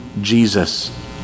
Jesus